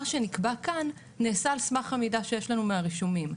המספר שנקבע כאן נעשה על סמך המידע שיש לנו מהרישומים.